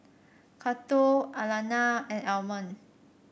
Cato Alannah and Almond